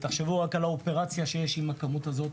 רק תחשבו על האופרציה של הכמות הזאת.